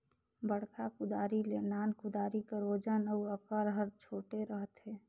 बड़खा कुदारी ले नान कुदारी कर ओजन अउ अकार हर छोटे रहथे